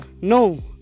No